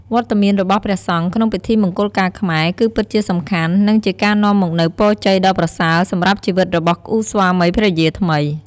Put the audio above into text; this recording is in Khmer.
វត្តមានរបស់ព្រះសង្ឃក្នុងពិធីមង្គលការខ្មែរ គឺពិតជាសំខាន់ និងជាការនាំមកនូវពរជ័យដ៏ប្រសើរសម្រាប់ជីវិតរបស់គូស្វាមីភរិយាថ្មី។